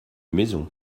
maison